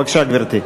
בבקשה, גברתי.